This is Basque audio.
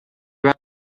bat